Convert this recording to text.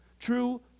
true